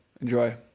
Enjoy